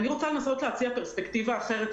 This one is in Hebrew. אני רוצה לנסות להציע פרספקטיבה קצת אחרת.